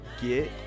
Get